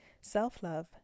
Self-love